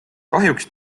kahjuks